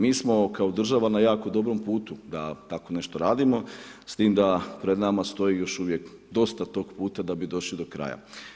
Mi smo kao država na jako dobrom putu da tako nešto radimo s tim da pred nama stoji još uvijek dosta tog put da bi došli do kraja.